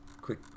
quick